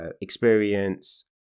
experience